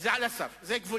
זה על הסף, זה גבולי.